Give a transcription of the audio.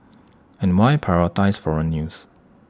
and why prioritise foreign news